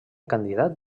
candidat